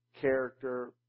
character